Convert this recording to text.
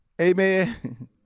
Amen